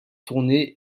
tournai